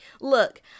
look